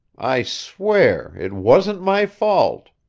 i swear it wasn't my fault!